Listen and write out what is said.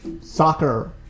soccer